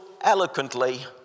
eloquently